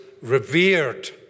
revered